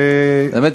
האמת,